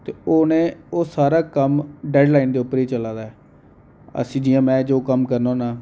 ते ओह् उ'नें ओह् सारा कम्म डैड्डलाइन दे उपर गै चला दा ऐ अस जि'यां में जो कम्म करना होन्ना